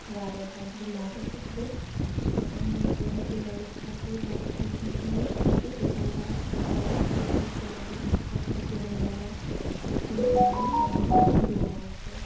واریاہ زیادٕ بِمار ٲسٕس بہٕ تہٕ بہٕ گٔیَس پَتہٕ ڈاکٹرَس نِشَ اَسہِ چھُ کُپوارہ ڈِسٹِرٛکسٕے منٛز اَکھ ہاسپِٹَل ہَنٛدوارا یِوان تہٕ توٗرۍ گٔیَس بہٕ